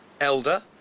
Elder